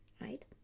Right